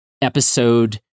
episode